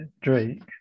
Drake